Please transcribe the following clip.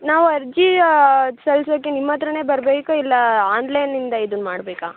ನಾವು ಅರ್ಜಿ ಸಲ್ಲಿಸೋಕೆ ನಿಮ್ಮತ್ತಿರನೇ ಬರಬೇಕಾ ಇಲ್ಲ ಆನ್ಲೈನಿಂದ ಇದನ್ನು ಮಾಡಬೇಕಾ